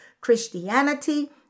Christianity